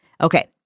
Okay